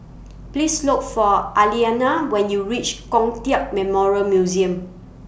Please Look For Aliana when YOU REACH Kong Tiap Memorial Museum